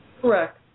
Correct